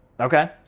Okay